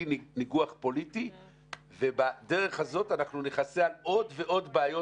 ניגוח פוליטי ובדרך הזאת אנחנו נכסה על עוד ועוד בעיות